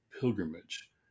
pilgrimage